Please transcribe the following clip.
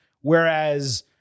whereas